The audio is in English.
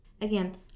again